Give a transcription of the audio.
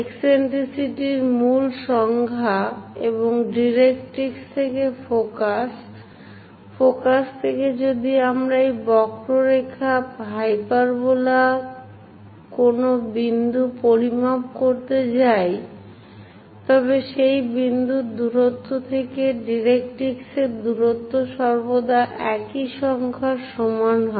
ইকসেন্ট্রিসিটির মূল সংজ্ঞা এবং ডাইরেক্ট্রিক্স থেকে ফোকাস ফোকাস থেকে যদি আমরা সেই বক্ররেখা হাইপারবোলার কোন বিন্দু পরিমাপ করতে যাই তবে সেই বিন্দুর দূরত্ব থেকে ডাইরেক্ট্রিক্সের দূরত্ব সর্বদা একই সংখ্যার সমান হয়